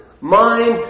Mind